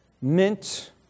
mint